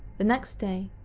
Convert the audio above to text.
the next day,